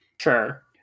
Sure